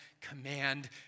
command